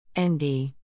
ND